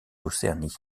océanie